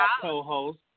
co-host